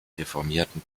reformierten